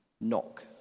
knock